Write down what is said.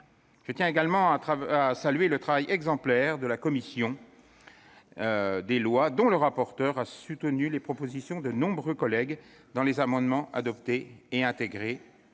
Je tiens également à saluer le travail exemplaire de la commission des lois, dont le rapporteur a soutenu les propositions de nombreux collègues- ils ont vu leurs amendements adoptés et intégrés